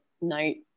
night